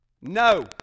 No